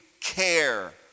care